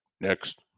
next